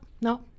no